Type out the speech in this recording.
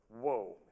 whoa